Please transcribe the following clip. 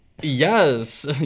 Yes